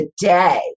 today